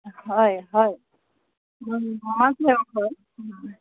হয় হয়